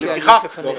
קבוע בחוק.